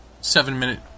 seven-minute